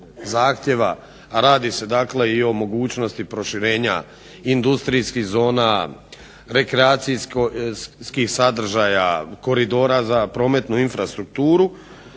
radi se dakle o mogućnosti proširenja industrijskih zona, rekreacijskih sadržaja, koridora za prometnu infrastrukturu